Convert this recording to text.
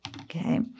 Okay